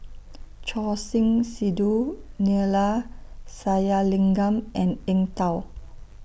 Choor Singh Sidhu Neila Sathyalingam and Eng Tow